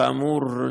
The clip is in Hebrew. כאמור,